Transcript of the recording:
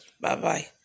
Bye-bye